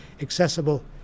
accessible